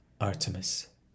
Artemis